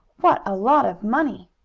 what a lot of money!